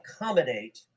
accommodate